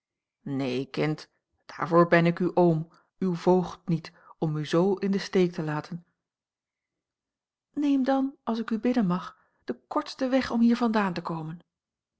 neen kind daarvoor ben ik uw oom uw voogd niet om u zoo in den steek te laten neem dan als ik u bidden mag den kortsten weg om hier vandaan te komen